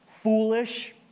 foolish